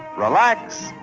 relax,